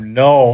no